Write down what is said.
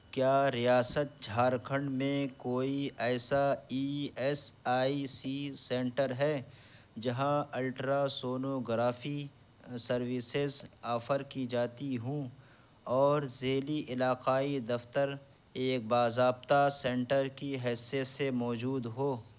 کیا ریاست جھارکھنڈ میں کوئی ایسا E S I C centre ہے جہاں الٹرا سونوگرافی سروسز آفر کی جاتی ہوں اور ذیلی علاقائی دفتر ایک باضابطہ سینٹر کی حیثیت سے موجود ہو